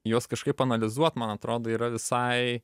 juos kažkaip analizuot man atrodo yra visai